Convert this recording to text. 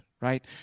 right